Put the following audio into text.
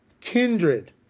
kindred